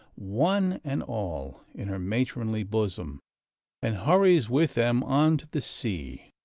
one and all, in her matronly bosom and hurries with them on to the sea.